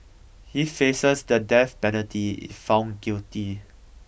he faces the death penalty if found guilty